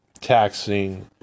taxing